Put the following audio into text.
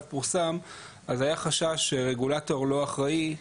פורסם אז היה חשש שרגולטור לא אחראי,